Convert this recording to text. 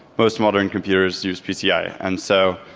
most modern computers use pci and so